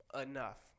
enough